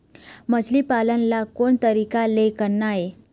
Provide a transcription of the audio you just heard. मछली पालन ला कोन तरीका ले करना ये?